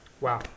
wow